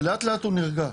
ולאט לאט הוא נרגע.